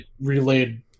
relayed